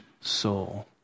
soul